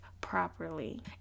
properly